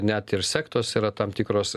net ir sektos yra tam tikros